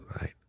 Right